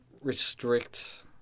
restrict